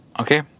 Okay